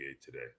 today